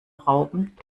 rauben